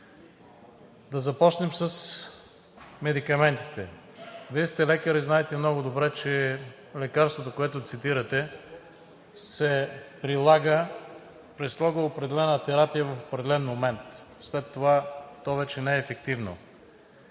Да започнем с медикаментите. Вие сте лекар и знаете много добре, че лекарството, което цитирате, се прилага при строго определена терапия в определен момент, след това то вече не е ефективно